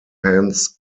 hands